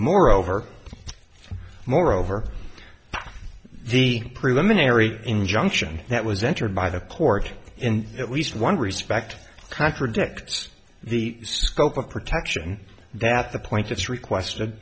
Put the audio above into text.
moreover moreover the preliminary injunction that was entered by the court in at least one respect contradicts the scope of protection that the point it's requested